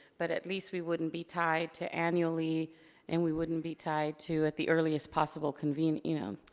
but at least we wouldn't be tied to annually and we wouldn't be tied to at the earliest possible convene, you know.